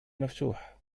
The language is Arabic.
مفتوحة